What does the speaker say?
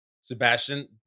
Sebastian